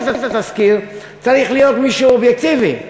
את התסקיר צריך להיות מישהו אובייקטיבי.